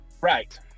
Right